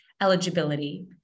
eligibility